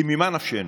כי ממה נפשנו?